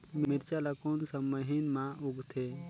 मिरचा ला कोन सा महीन मां उगथे?